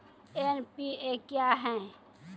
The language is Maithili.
एन.पी.ए क्या हैं?